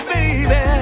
Baby